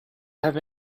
have